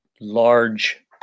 large